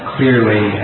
Clearly